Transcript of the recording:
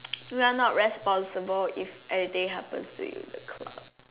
you're not responsible if everyday happens to you in the club